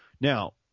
Now